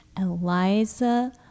Eliza